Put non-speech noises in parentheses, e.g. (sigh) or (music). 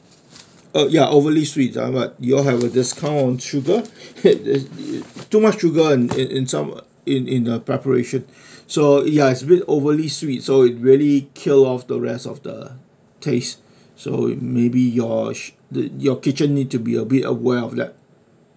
uh ya overly sweet uh what y'all have a discount on sugar (laughs) too much sugar in it in some in in the preparation so ya it's a bit overly sweet so it really kill off the rest of the taste so it may be yours your kitchen need to be a bit aware of that